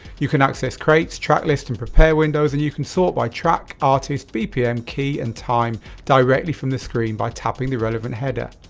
you can access crates, track list, and prepare windows, and you can sort by track, artist, bpm, key, and time directly from this screen by tapping the relevant header.